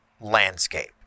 landscape